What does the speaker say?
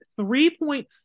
three-point